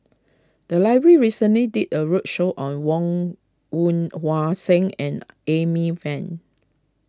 the library recently did a roadshow on Woon Wah Hua Siang and Amy Van